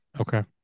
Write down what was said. Okay